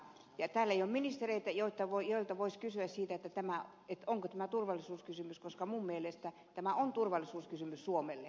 täällä ei ole ministereitä joilta voisi kysyä onko tämä turvallisuuskysymys mutta minun mielestäni kaasuputki on turvallisuuskysymys suomelle